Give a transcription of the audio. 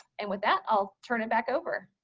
and with that, i'll turn it back over.